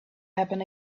happen